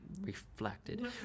Reflected